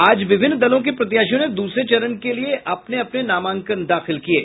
आज विभिन्न दलों के प्रत्याशियों ने दूसरे चरण के लिए अपने अपने नामांकन दाखिल किये